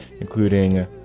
including